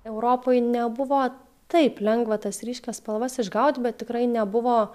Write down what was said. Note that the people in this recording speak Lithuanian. europoj nebuvo taip lengva tas ryškias spalvas išgaut bet tikrai nebuvo